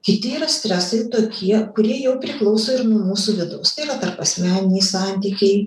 kiti yra stresai tokie kurie jau priklauso ir nuo mūsų vidaus tai yra tarpasmeniniai santykiai